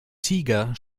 tiger